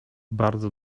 bardzo